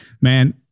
man